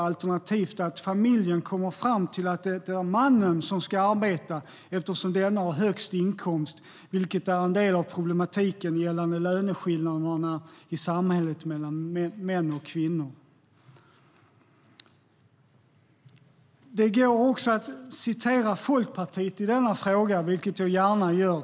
Alternativt kommer familjen fram till att det är mannen som ska arbeta eftersom denne har högst inkomst, vilket är en del av problematiken gällande löneskillnader i samhället mellan män och kvinnor. Det går också att citera Folkpartiet i denna fråga, vilket jag gärna gör.